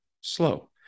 slow